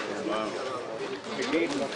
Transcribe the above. הישיבה ננעלה בשעה 12:40.